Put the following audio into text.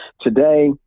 Today